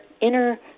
inner